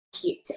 cute